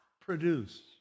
produce